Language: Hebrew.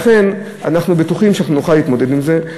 לכן אנחנו בטוחים שאנחנו נוכל להתמודד עם זה.